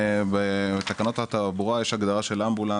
בתקנות התעבורה יש הגדרה של אמבולנס